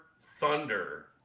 Thunder